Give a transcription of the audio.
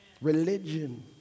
Religion